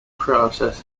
process